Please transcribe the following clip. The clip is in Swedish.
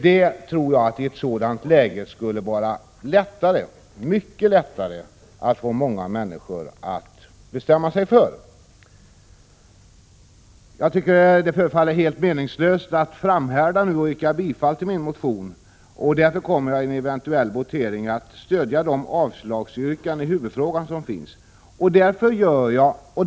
I ett sådant läge tror jag att det skulle vara mycket lättare att få många människor att bestämma sig för det. Det förefaller helt meningslöst att framhärda i ett yrkande om bifall till min motion. Därför kommer jag vid en eventuell votering att stödja de avslagsyrkanden som finns i huvudfrågan.